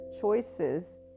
choices